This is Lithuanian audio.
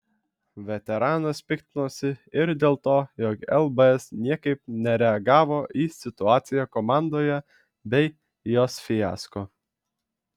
veteranas piktinosi ir dėl to jog lbs niekaip nereagavo į situaciją komandoje bei jos fiasko